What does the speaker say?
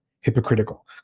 hypocritical